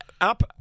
up